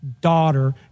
daughter